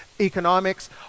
economics